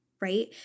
right